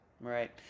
Right